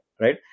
right